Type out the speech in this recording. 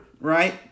right